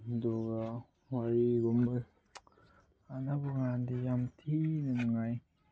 ꯑꯗꯨꯒ ꯋꯥꯔꯤꯒꯨꯝꯕ ꯁꯥꯟꯅꯕꯀꯥꯟꯗꯤ ꯌꯥꯝ ꯊꯤꯅ ꯅꯨꯡꯉꯥꯏ